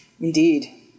Indeed